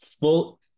full